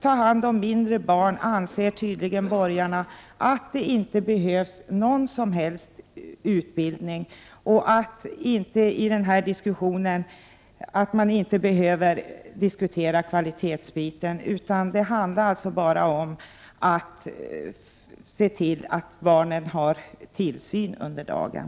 Borgarna anser tydligen att det inte behövs någon som helst utbildning för att ta hand om mindre barn och att man inte behöver diskutera kvalitetsbiten här. Det handlar alltså bara om att se till att barnen har tillsyn under dagen.